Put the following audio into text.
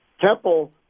Temple